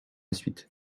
suite